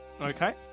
Okay